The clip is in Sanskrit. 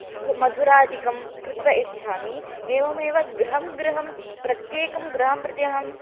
सुमधुरादिकं कृत्वा यच्छामि एवमेव गृहं गृहं प्रत्येकं गृहं प्रति अहं